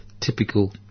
typical